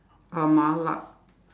uh mala